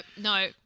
no